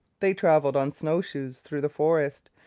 they travelled on snow-shoes through the forest,